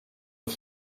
auf